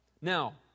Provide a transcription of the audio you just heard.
Now